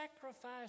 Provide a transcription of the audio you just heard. sacrifice